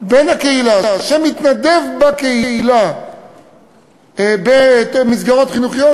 בן הקהילה שמתנדב בקהילה במסגרות חינוכיות,